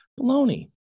Baloney